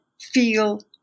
feel